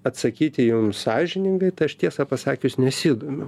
atsakyti jums sąžiningai tai aš tiesą pasakius nesidomiu